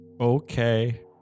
okay